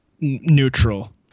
Neutral